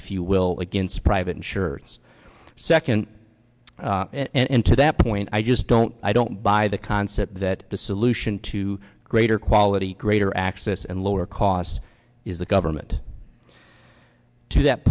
if you will against private insurers second and to that point i just don't i don't buy the concept that the solution to greater quality greater access and lower costs is the government to that